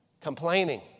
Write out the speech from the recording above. Complaining